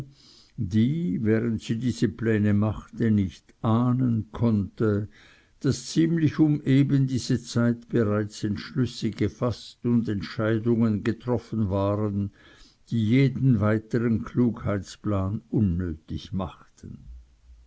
die während sie diese pläne machte nicht ahnen konnte daß ziemlich um eben diese zeit bereits entschlüsse gefaßt und entscheidungen getroffen worden waren die jeden weitern klugheitsplan unnötig machten